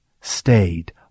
stayed